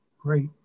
Great